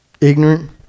ignorant